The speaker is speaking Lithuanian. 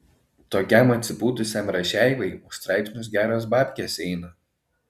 tokiam atsipūtusiam rašeivai už straipsnius geros babkės eina